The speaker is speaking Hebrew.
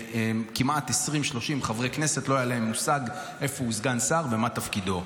שכמעט 30-20 חברי כנסת לא היה להם מושג איפה הוא סגן שר ומה תפקידו.